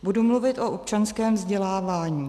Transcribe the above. Budu mluvit o občanském vzdělávání.